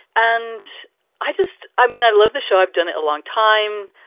and i just i mean, i love the show. i've done it a long time.